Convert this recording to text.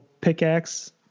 pickaxe